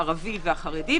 הערבי והחרדי,